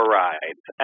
rides